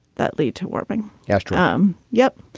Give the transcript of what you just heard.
that lead to warming astrodome. yep.